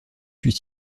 fût